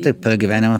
taip pragyvenimą